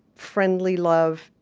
friendly love,